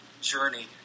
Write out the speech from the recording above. journey